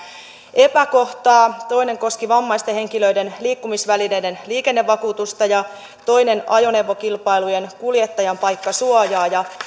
epäkohtaa toinen koski vammaisten henkilöiden liikkumisvälineiden liikennevakuutusta ja toinen ajoneuvokilpailujen kuljettajanpaikkasuojaa